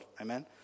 amen